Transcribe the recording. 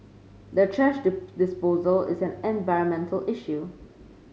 the thrash disposal is an environmental issue